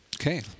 Okay